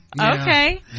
Okay